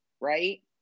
right